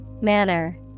Manner